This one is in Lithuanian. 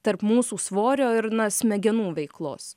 tarp mūsų svorio ir na smegenų veiklos